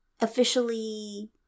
officially